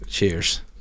Cheers